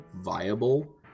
viable